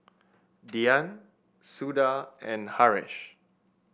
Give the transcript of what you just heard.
Dhyan Suda and Haresh